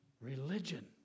religion